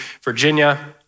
Virginia